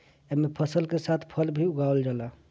एमे फसल के साथ फल भी उगावल जाला